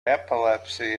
epilepsy